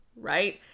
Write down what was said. right